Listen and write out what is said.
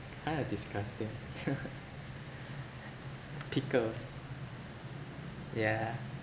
kind of disgusting pickles yeah